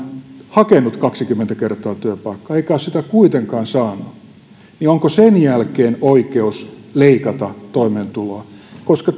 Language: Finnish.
hakenut kaksikymmentä kertaa työpaikkaa eikä ole sitä kuitenkaan saanut onko sen jälkeen oikeus leikata toimeentuloa koska